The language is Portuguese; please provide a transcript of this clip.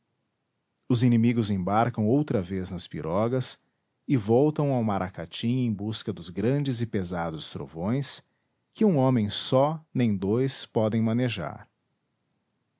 os inimigos embarcam outra vez nas pirogas e voltam ao maracatim em busca dos grandes e pesados trovões que um homem só nem dois podem manejar